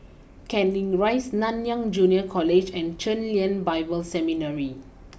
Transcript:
Canning Rise Nanyang Junior College and Chen Lien Bible Seminary